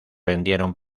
vendieron